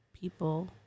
people